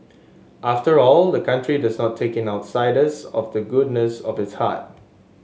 after all the country does not take in outsiders of the goodness of its heart